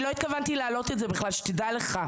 אני לא התכוונתי להעלות את זה בכלל שתדע לך,